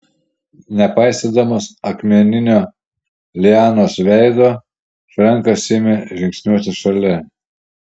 nepaisydamas akmeninio lianos veido frenkas ėmė žingsniuoti šalia